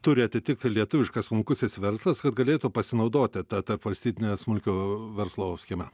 turi atitikti lietuviškas smulkusis verslas kad galėtų pasinaudoti ta tarpvalstytne smulkio verslo schema